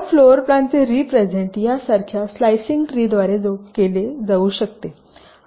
या फ्लोरप्लानचे रिप्रेझेन्ट या सारख्या स्लाइसिंग ट्री द्वारे केले जाऊ शकते